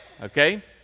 okay